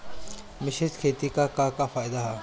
मिश्रित खेती क का फायदा ह?